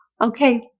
Okay